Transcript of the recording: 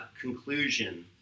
conclusion